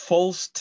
False